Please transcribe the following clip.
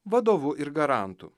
vadovu ir garantu